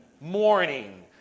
morning